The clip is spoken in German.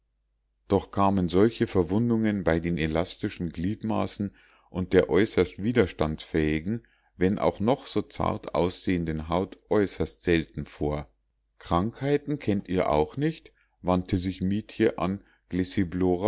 doch kamen solche verwundungen bei den elastischen gliedmaßen und der äußerst widerstandsfähigen wenn auch noch so zart aussehenden haut äußerst selten vor krankheiten kennt ihr auch nicht wandte sich mietje an